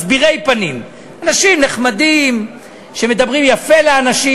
מסבירי פנים, אנשים נחמדים שמדברים יפה לאנשים,